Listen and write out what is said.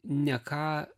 ne ką